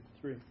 three